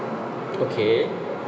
okay